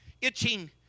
itching